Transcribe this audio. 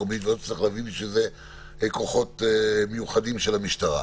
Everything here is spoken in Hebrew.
המקומית ולא תצטרך להביא בשביל זה כוחות מיוחדים של המשטרה.